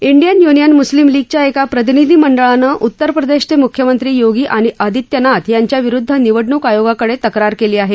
Indian union Muslim लीगच्या एका प्रतिनिधीमंडळानं उत्तर प्रदेशचे मुख्यमंत्री योगी आदित्यनाथ यांच्या विरुद्ध निवडणूक आयोगाकडे तक्रार केली आहे